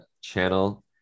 channel